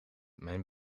mijn